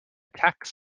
tax